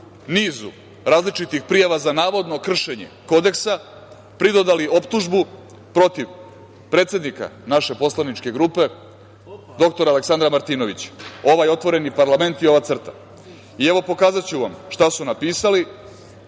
različitih prijava za navodno kršenje kodeksa pridodali optužbu protiv predsednika naše poslaničke grupe, dr Aleksandra Martinovića. Ovaj otvoreni parlament i ova CRTA. Pokazaću vam šta su napisali,